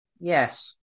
Yes